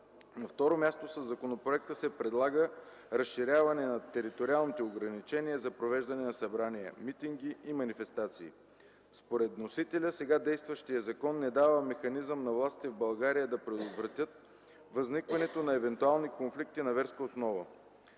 На второ място със законопроекта се предлага разширяване на „териториалните ограничения” за провеждане на събрания, митинги и манифестации. Според вносителя сега действащият закон не дава механизъм на властите в България да предотвратяват възникването на евентуални конфликти на верска основа.